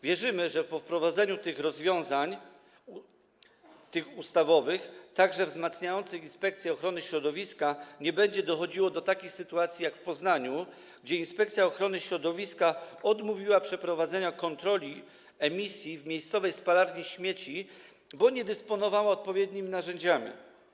Wierzymy, że po wprowadzeniu rozwiązań ustawowych, także tych wzmacniających Inspekcję Ochrony Środowiska, nie będzie dochodziło do takich sytuacji jak w Poznaniu, gdzie Inspekcja Ochrony Środowiska odmówiła przeprowadzenia kontroli emisji w miejscowej spalarni śmieci, bo nie dysponowała odpowiednimi narzędziami.